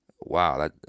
Wow